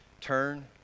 turn